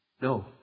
No